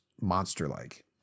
monster-like